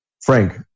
Frank